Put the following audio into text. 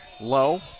low